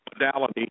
modality